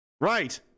right